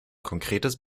konkretes